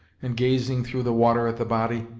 and gazing through the water at the body.